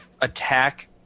attack